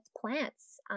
plants